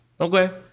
okay